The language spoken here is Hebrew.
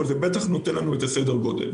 אבל זה בוודאי נותן לנו סדר גודל.